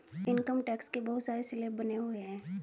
income tax के बहुत सारे स्लैब बने हुए हैं